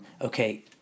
okay